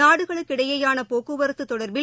நாடுகளுக்கிடையேயானபோக்குவரத்துதொடர்பில்